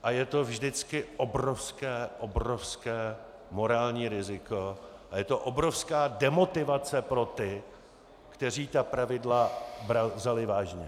A je to vždycky obrovské morální riziko a je to obrovská demotivace pro ty, kteří ta pravidla vzali vážně.